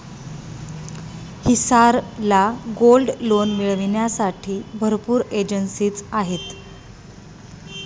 हिसार ला gold loan मिळविण्यासाठी भरपूर एजेंसीज आहेत